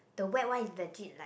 the wet one is legit like